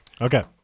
Okay